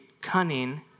cunning